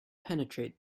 penetrate